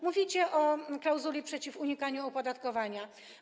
Mówicie o klauzuli przeciw unikaniu opodatkowania.